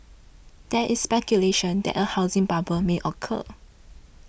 there is speculation that a housing bubble may occur